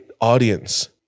audience